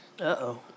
Uh-oh